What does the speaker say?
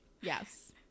Yes